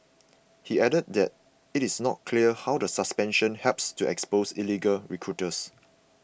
he added that it is not clear how the suspension helps to expose illegal recruiters